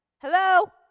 hello